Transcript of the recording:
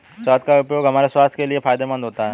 शहद का उपयोग हमारे स्वास्थ्य के लिए फायदेमंद होता है